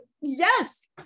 Yes